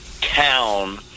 town